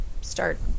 start